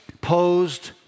posed